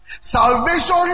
Salvation